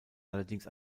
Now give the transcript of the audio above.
allerdings